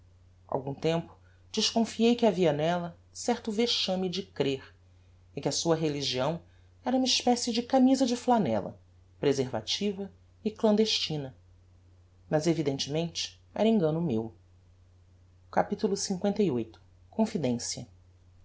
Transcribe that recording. algum tempo desconfiei que havia nella certo vexame de crer e que a sua religião era uma especie de camisa de flanella preservativa e clandestina mas evidentemente era engano meu capitulo lviii confidencia